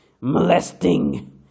molesting